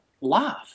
laugh